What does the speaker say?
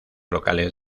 locales